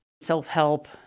Self-help